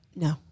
No